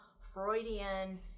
Freudian